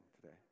today